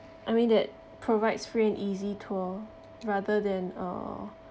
I mean that provides free and easy tour rather than uh